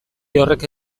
horrek